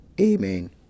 Amen